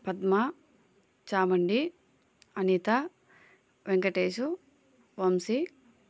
Padma Chamundi Anitha Venkatesh Vamsi